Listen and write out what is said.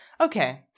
Okay